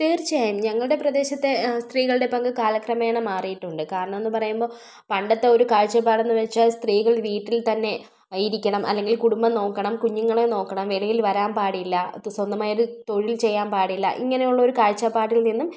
തീർച്ചയായും ഞങ്ങളുടെ പ്രദേശത്തെ സ്ത്രീകളുടെ പങ്ക് കാലക്രമേണ മാറിയിട്ടുണ്ട് കാരണമെന്ന് പറയുമ്പോൾ പണ്ടത്തെ ഒരു കാഴ്ചപ്പാടെന്ന് വെച്ചാൽ സ്ത്രീകൾ വീട്ടിൽ തന്നെ ഇരിക്കണം അല്ലെങ്കിൽ കുടുംബം നോക്കണം കുഞ്ഞുങ്ങളെ നോക്കണം വെളിയിൽ വരാൻ പാടില്ല തൊ സ്വന്തമായി ഒരു തൊഴിൽ ചെയ്യാൻ പാടില്ല ഇങ്ങനെയുള്ള ഒരു കാഴ്ചപ്പാടിൽ നിന്നും